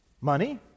money